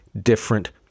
different